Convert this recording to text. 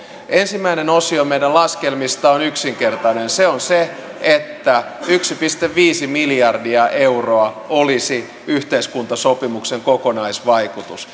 ensimmäinen osio meidän laskelmistamme on yksinkertainen se on se että yksi pilkku viisi miljardia euroa olisi yhteiskuntasopimuksen kokonaisvaikutus